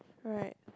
correct